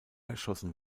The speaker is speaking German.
erschossen